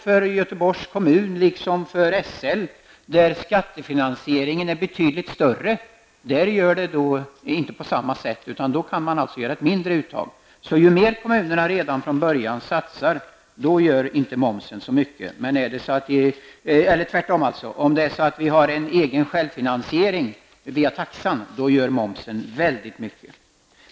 För Göteborgs kommun liksom för SL är skattefinansieringen betydligt större och då slår det inte på samma sätt, utan man kan göra ett mindre uttag. Bygger verksamheten på självfinansiering, via taxa, betyder momsen väldigt mycket.